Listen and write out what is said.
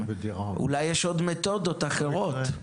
אולי יש עוד מתודות אחרות.